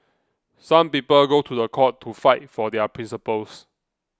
some people go to court to fight for their principles